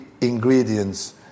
ingredients